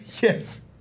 Yes